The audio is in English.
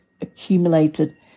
accumulated